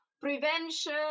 prevention